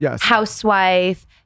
housewife